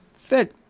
fit